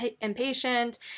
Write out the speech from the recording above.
impatient